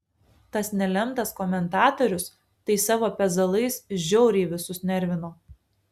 tas nelemtas komentatorius tai savo pezalais žiauriai visus nervino